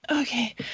Okay